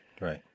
right